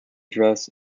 dress